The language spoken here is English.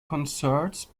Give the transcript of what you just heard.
concert